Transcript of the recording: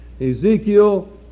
Ezekiel